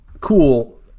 cool